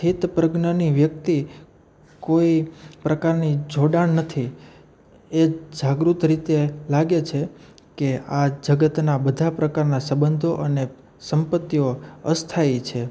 સ્થિતપ્રજ્ઞની વ્યક્તિ કોઈ પ્રકારની જોડાણ નથી એ જાગૃત રીતે લાગે છે કે આ જગતના બધા પ્રકારના સબંધો અને સપંત્તિઓ અસ્થાઈ છે